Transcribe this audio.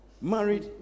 married